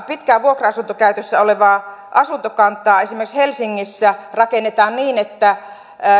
pitkään vuokra asuntokäytössä olevaa asuntokantaa esimerkiksi helsingissä rakennetaan niin että